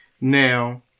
Now